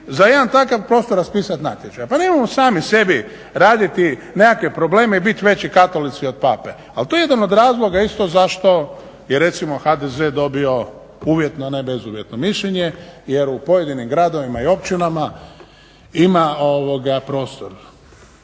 za jedan takav prostor raspisati natječaja. Pa nemojmo sami sebi raditi nekakve probleme i bit veći Katolici od Pape. Ali to je jedan od razloga isto zašto je recimo HDZ dobio uvjetno ne bezuvjetno mišljenje, jer u pojedinim gradovima i općinama ima prostor